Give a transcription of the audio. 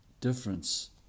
difference